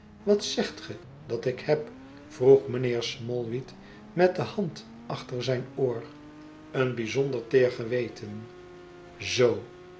wat zegt ge dat ik heb vroeg mijnheer smallweed met de hand achter zijn oor een bijzonder teer geweten zoo